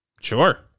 Sure